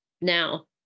now